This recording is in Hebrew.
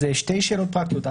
אז שתי שאלות פרקטיות,